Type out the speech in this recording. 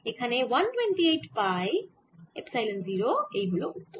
তাহলে 128 pi epsilon 0 এই হল উত্তর